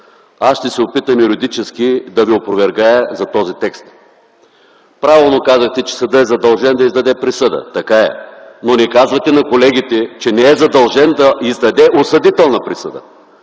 Аз ще се опитам юридически да Ви опровергая за този текст. Правилно казахте, че съдът е задължен да издаде присъда. Така е, но не казвате на колегите, че не е задължен да издаде осъдителна присъда.